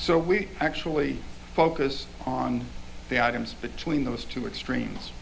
so we actually focus on the items between those two extremes